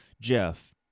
Jeff